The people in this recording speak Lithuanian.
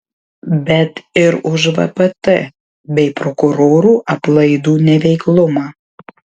bet ir už vpt bei prokurorų aplaidų neveiklumą